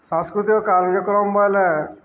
ସାଂସ୍କୃତିକ କାର୍ଯ୍ୟକ୍ରମ୍ ବାଏଲେ